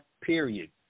period